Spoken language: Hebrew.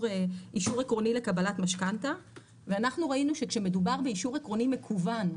עקרוני לקבלת משכנתא ואנחנו ראינו שכשמדובר באישור עקרוני מקוון,